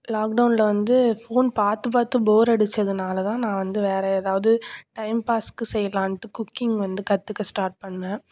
லாக்டவுனில் வந்து ஃபோன் பார்த்து பார்த்து போர் அடிச்சதுனால்தான் நான் வந்து வேறே எதாவது டைம் பாஸுக்கு செய்யலான்ட்டு குக்கிங் வந்து கற்றுக்க ஸ்டார்ட் பண்ணேன்